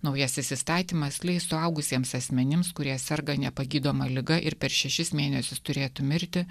naujasis įstatymas leis suaugusiems asmenims kurie serga nepagydoma liga ir per šešis mėnesius turėtų mirti